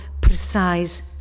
precise